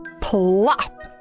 Plop